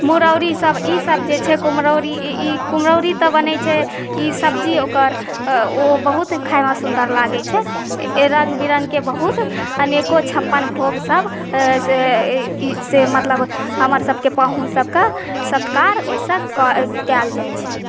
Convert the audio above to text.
मुरौरी सब ई सब जे छै कुम्हरौरी ई कुम्हरौरी तऽ बनै छै ई सब्जी ओकर अँ ओ बहुत खायमे सुन्दर लागै छै रंगबिरंगके बहुत अनेको छप्पन भोगसब से ई मतलब हमर सबके पाहुन सबके सत्कार ओहिसऽ कयल जाइ छै